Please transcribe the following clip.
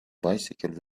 bicycle